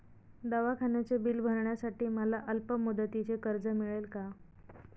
दवाखान्याचे बिल भरण्यासाठी मला अल्पमुदतीचे कर्ज मिळेल का?